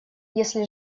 если